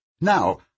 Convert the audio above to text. Now